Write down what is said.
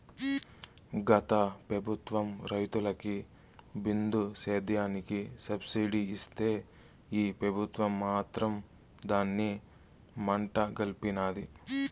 గత పెబుత్వం రైతులకి బిందు సేద్యానికి సబ్సిడీ ఇస్తే ఈ పెబుత్వం మాత్రం దాన్ని మంట గల్పినాది